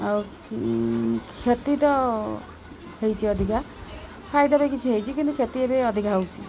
ଆଉ କ୍ଷତି ତ ହେଇଛି ଅଧିକା ଫାଇଦା ବି କିଛି ହେଇଛି କିନ୍ତୁ କ୍ଷତି ଏବେ ଅଧିକା ହେଉଛି